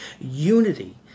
unity